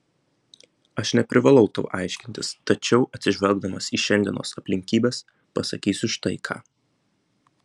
aš neprivalau tau aiškintis tačiau atsižvelgdamas į šiandienos aplinkybes pasakysiu štai ką